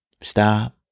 Stop